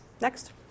Next